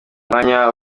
umwanya